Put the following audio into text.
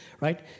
right